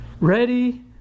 ready